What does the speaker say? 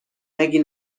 نگی